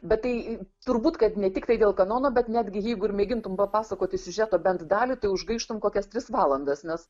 bet tai turbūt kad ne tiktai dėl kanono bet netgi jeigu ir mėgintum papasakoti siužeto bent dalį tai užgaištum kokias tris valandas nes